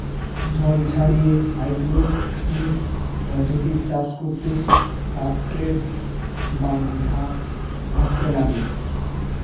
জল ছাড়িয়ে হাইড্রোপনিক্স পদ্ধতিতে চাষ করতে সাবস্ট্রেট বা ধাত্র লাগে